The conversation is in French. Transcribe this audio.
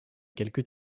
quelques